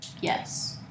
yes